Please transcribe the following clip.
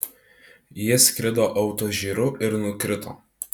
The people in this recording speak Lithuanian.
jis skrido autožyru ir nukrito